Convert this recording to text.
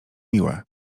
miłe